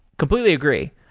completely agree.